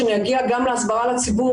כשאני אגיע גם להסברה לציבור,